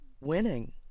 winning